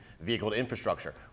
vehicle-to-infrastructure